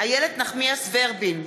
איילת נחמיאס ורבין,